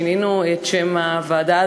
שינינו את שם הוועדה,